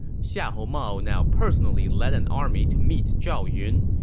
xiahou mao now personally led an army to meet zhao yun.